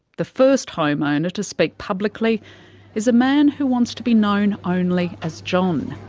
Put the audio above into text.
the first homeowner to speak publicly is a man who wants to be known only as john.